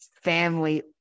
family